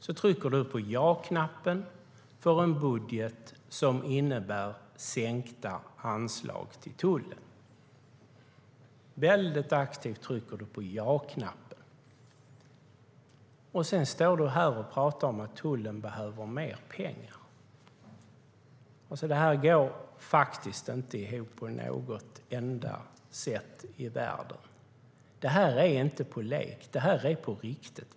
Du trycker på ja-knappen för en budget som innebär sänkta anslag till tullen. Aktivt trycker du på ja-knappen, och sedan står du här och talar om att tullen behöver mer pengar. Det går inte ihop på något enda sätt i världen. Det här är inte på lek. Det är på riktigt.